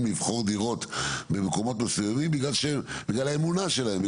לבחור דירות במקומות מסוימים בגלל האמונה שלהם,